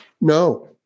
no